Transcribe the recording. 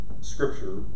scripture